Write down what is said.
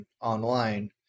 online